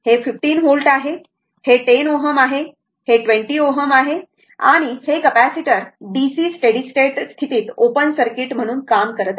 हे 15 व्होल्ट आहे हे 10 Ω आहे हे 20 Ω आहे आणि हे कॅपेसिटर DC स्टेडी स्टेट स्थितीत ओपन सर्किट म्हणून काम करत आहे